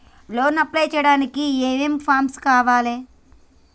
Loan apply చేయడానికి ఏం ఏం ఫామ్స్ కావాలే?